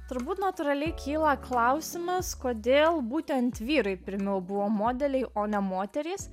turbūt natūraliai kyla klausimas kodėl būtent vyrai pirmiau buvo modeliai o ne moterys